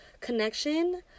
connection